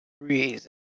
Reason